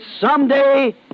someday